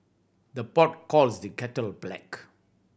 the pot calls the kettle black